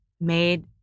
made